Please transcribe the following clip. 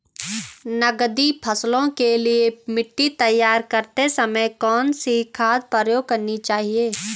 नकदी फसलों के लिए मिट्टी तैयार करते समय कौन सी खाद प्रयोग करनी चाहिए?